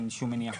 אין שום מניעה.